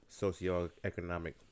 Socioeconomic